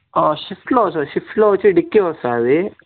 స్విఫ్ట్లో వస్తుంది స్విఫ్ట్లో వచ్చి డిక్కీ వస్తుంది